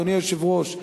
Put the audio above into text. אדוני היושב-ראש,